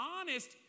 honest